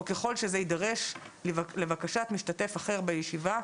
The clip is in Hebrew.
או ככל שזה יידרש לבקשת משתתף אחר בישיבה,